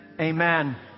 Amen